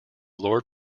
lord